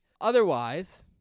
Otherwise